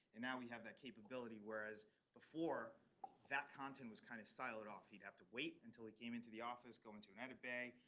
and now we have that capability whereas before that content was kind of siloed off. he'd have to wait until it came into the office going to and and but a